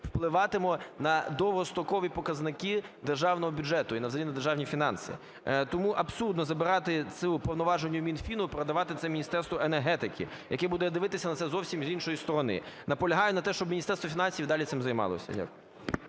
впливатимуть на довгострокові показники державного бюджету і взагалі на державні фінанси. Тому абсурдно забирати це повноваження у Мінфіну і передавати це Міністерству енергетики, яке буде дивитися на це зовсім з іншої сторони. Наполягаю на тому, щоб Міністерство фінансів і далі цим займалося.